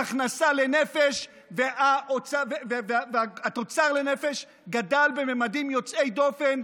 ההכנסה לנפש והתוצר לנפש גדלים בממדים יוצאי דופן,